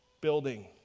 building